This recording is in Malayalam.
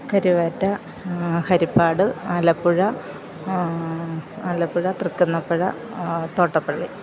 കരുവാറ്റ ഹരിപ്പാട് ആലപ്പുഴ ആലപ്പുഴ തൃക്കുന്നപ്പുഴ തോട്ടപ്പള്ളി